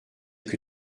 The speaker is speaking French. que